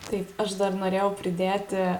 taip aš dar norėjau pridėti